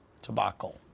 Tobacco